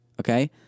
okay